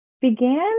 began